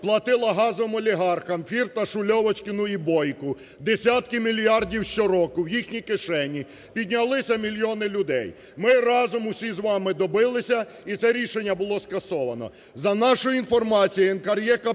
платила газовим олігархам – Фірташу, Льовочкіну і Бойку десятки мільярдів щороку в їхні кишені, піднялись мільйони людей. Ми разом усі з вами добилися і це рішення було скасоване.